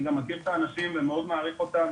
גם מכיר את האנשים ומאוד מעריך אותם